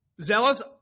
zealous